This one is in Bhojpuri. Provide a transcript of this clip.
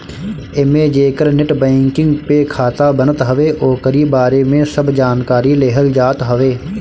एमे जेकर नेट बैंकिंग पे खाता बनत हवे ओकरी बारे में सब जानकारी लेहल जात हवे